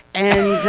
and,